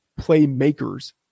playmakers